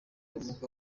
ubumuga